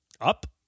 up